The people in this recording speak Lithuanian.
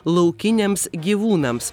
laukiniams gyvūnams